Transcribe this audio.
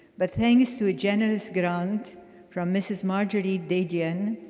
but thanks to a generous grant from mrs. margorie dadian,